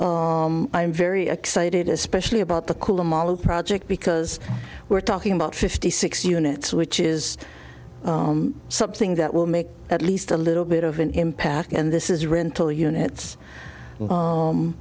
do i'm very excited especially about the call mallo project because we're talking about fifty six units which is something that will make at least a little bit of an impact and this is rental units